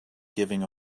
giving